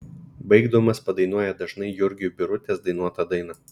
baigdamas padainuoja dažnai jurgiui birutės dainuotą dainą